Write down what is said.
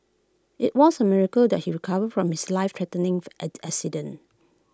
IT was A miracle that he recovered from his life threatening at accident